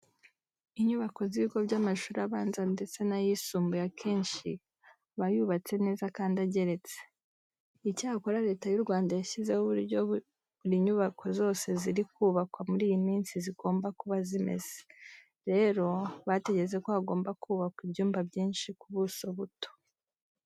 Inyubako z'ibigo by'amashuri abanza ndetse n'ayisumbuye akenshi aba yubatse neza kandi ageretse. Icyakora Leta y'u Rwanda yashyizeho uburyo buri nyubako zose ziri kubakwa muri iyi minsi zigomba kuba zimeze. Rero bategetse ko hagomba kubakwa ibyumba byinshi ku buso buto.